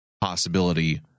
possibility